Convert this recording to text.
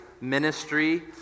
ministry